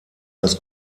das